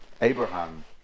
Abraham